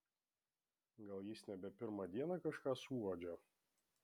gal jis nebe pirmą dieną kažką suuodžia